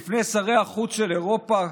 בפני שרי החוץ של אירופה,